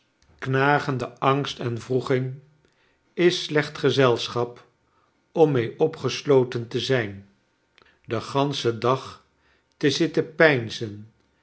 knagende angst en wroeging is slecht gezelschap om mee opgesloten te zijn den ganschen dag te zitten